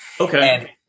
Okay